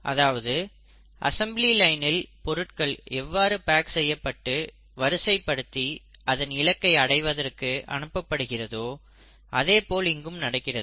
அதாவது ஒரு அசெம்பிளி லைனில் பொருட்கள் எவ்வாறு பேக் செய்யப்பட்டு வரிசைப்படுத்தி அதன் இலக்கை அடைவதற்கு அனுப்பப்படுகிறதோ அதேபோல் இங்கும் நடக்கிறது